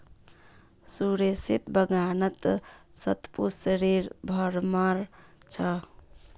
सुरेशेर बागानत शतपुष्पेर भरमार छ